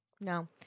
No